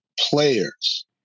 players